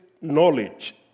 knowledge